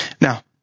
Now